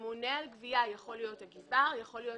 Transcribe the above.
הממונה על גבייה יכול להיות הגזבר, יכול להיות